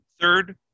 Third